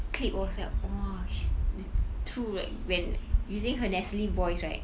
clip I was like !wah! it's true like when using her nasally voice right